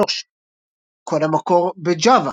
קוד המקור בJava